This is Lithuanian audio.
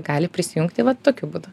gali prisijungti vat tokiu būdu